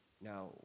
Now